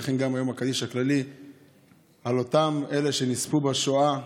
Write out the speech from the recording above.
לכן גם יום הקדיש הכללי על אלה שנספו בשואה,